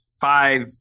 Five